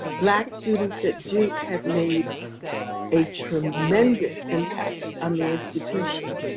black students at duke have made a tremendous impact on the institution.